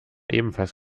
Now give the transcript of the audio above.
ebenfalls